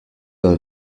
dans